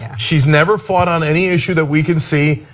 yeah she has never fought on any issue that we can see,